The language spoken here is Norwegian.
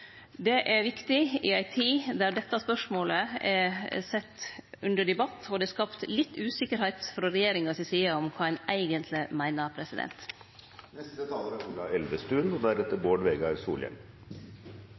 Det er viktig i ei tid då dette spørsmålet er sett under debatt og det er skapt litt usikkerheit frå regjeringa si side om kva ein eigentleg meiner.